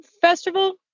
festival